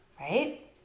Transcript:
right